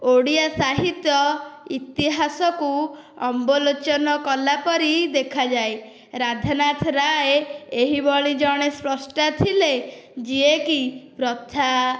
ଓଡ଼ିଆ ସାହିତ୍ୟ ଇତିହାସକୁ ଅବଲୋକନ କଲାପରି ଦେଖାଯାଏ ରାଧାନାଥ ରାଏ ଏହିଭଳି ଜଣେ ସ୍ରଷ୍ଟା ଥିଲେ ଯିଏକି ପ୍ରଥା